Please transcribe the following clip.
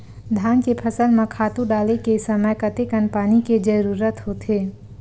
धान के फसल म खातु डाले के समय कतेकन पानी के जरूरत होथे?